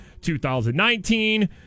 2019